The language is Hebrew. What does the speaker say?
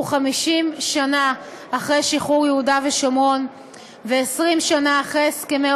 50 שנה אחרי שחרור יהודה ושומרון ו-20 שנה אחרי הסכמי